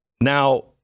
Now